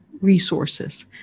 resources